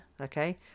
Okay